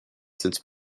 since